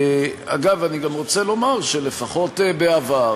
אגב, אני גם רוצה לומר שלפחות בעבר